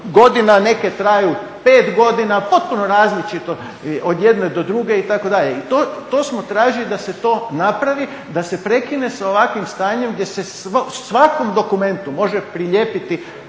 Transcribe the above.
godina, neke traju 5 godina, potpuno različito od jedne do druge itd.. I to smo tražili da se to napravi, da se prekine sa ovakvim stanjem gdje se svakom dokumentu može prilijepiti